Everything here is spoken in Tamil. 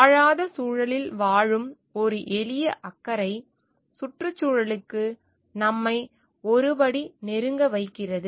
வாழாத சூழலில் வாழும் ஒரு எளிய அக்கறை சுற்றுச்சூழலுக்கு நம்மை ஒரு படி நெருங்க வைக்கிறது